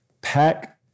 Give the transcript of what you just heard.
pack